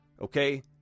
okay